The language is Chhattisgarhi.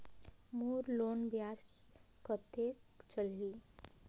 मोर लोन ब्याज कतेक चलही?